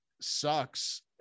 sucks